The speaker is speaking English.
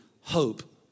hope